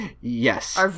yes